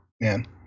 man